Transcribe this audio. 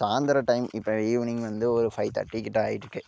சாய்ந்திரம் டைம் இப்போ ஈவினிங் வந்து ஒரு ஃபை தேர்ட்டி கிட்ட ஆகிருக்கு